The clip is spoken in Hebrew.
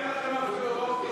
לסעיף 76